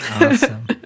Awesome